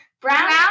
Brown